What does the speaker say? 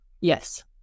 Yes